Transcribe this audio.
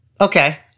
Okay